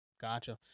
Gotcha